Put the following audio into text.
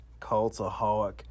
Cultaholic